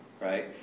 right